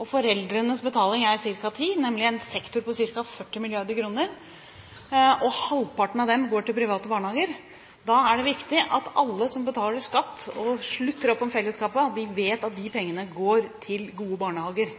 og foreldrenes betaling er ca. 10, altså en sektor på ca. 40 mrd. kr, og halvparten av disse går til private barnehager, er det veldig viktig at alle som betaler skatt og slutter opp om fellesskapet, vet at de pengene går til gode barnehager.